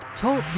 Talk